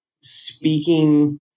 speaking